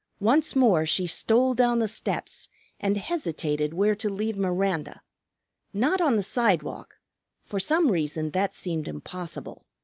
once more she stole down the steps and hesitated where to leave miranda not on the sidewalk for some reason that seemed impossible.